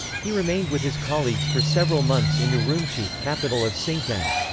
he remained with his colleagues for several months in urumqi, capital of sinkiang.